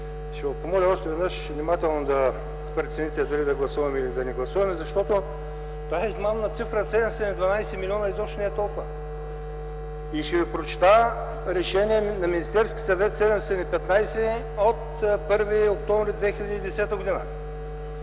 Ще ви помоля още веднъж внимателно да прецените дали да гласуваме или да не гласуваме, защото тази измамна цифра 712 милиона изобщо не е толкова. Ще ви прочета решение на Министерския съвет № 715 от 1 октомври 2010 г.,